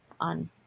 on